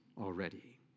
already